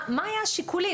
מה היו השיקולים?